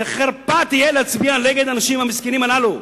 זו תהיה חרפה להצביע נגד האנשים המסכנים הללו.